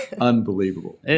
Unbelievable